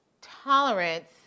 tolerance